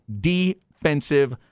defensive